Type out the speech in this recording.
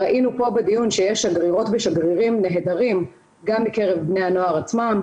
ראינו פה בדיון שיש שגרירות ושגרירים נהדרים גם מקרב בני הנוער עצמם.